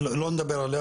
לא נדבר עליה,